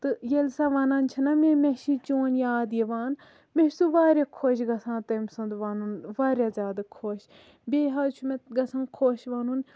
تہٕ ییٚلہِ سۄ وَنان چھَ نہَ مےٚ چھِ چون یاد یِوان مےٚ چھُ سُہ واریاہ خۄش گژھان تمہِ سُنٛد وَنُن واریاہ زیادٕ خۄش بیٚیہِ حٕظ چھ مےٚ گژھان خۄش وَنُن